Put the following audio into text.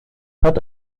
hat